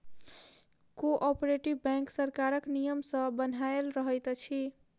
cooperative bank सरकारक नियम सॅ बन्हायल रहैत अछि